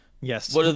Yes